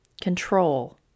Control